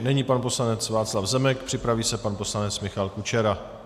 Nyní pan poslanec Václav Zemek, připraví se pan poslanec Michal Kučera.